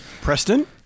Preston